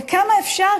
אבל כמה אפשר?